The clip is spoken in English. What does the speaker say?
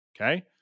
Okay